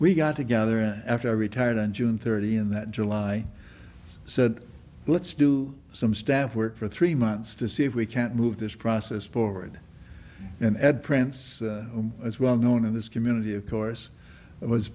we got together and after i retired on june thirty in that july said let's do some staff work for three months to see if we can't move this process forward and at prince as well known in this community of course it was